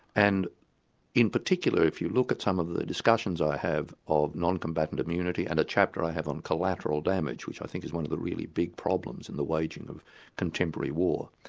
and in particular if you look at some of the discussions i have of non-combatant immunity and a chapter i have on collateral damage which i think is one of the really big problems in the waging of contemporary war,